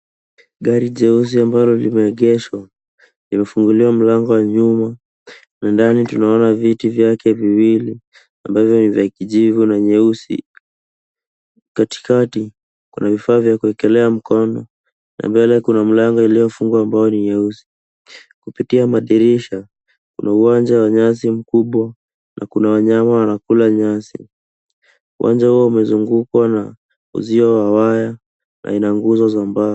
Gari jeusi ambalo limeegeshwa, limefunguliwa mlango WA nyuma na ndani tunaona viti vyake viwili ambavyo ni vya kijivu na nyeusi. Katikati kuna vifaa vya kuwekelea mkono na mbele kuna mlango uliofungwa ambalo ni nyeusi. Kupitia madirisha kuna uwanja WA nyasi mkubwa na kuna wanyama wanakula nyasi. Uwanja huo umezungukwa na uzio WA waya na ina nguzo za mbao.